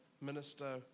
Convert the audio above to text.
minister